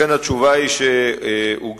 כך